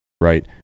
right